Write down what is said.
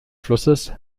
flusses